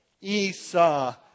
Esau